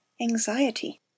Anxiety